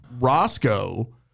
Roscoe